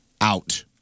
out